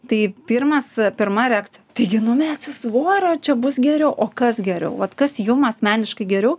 tai pirmas pirma reakcija taigi numesiu svorio čia bus geriau o kas geriau kas jum asmeniškai geriau